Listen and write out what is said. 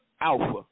Alpha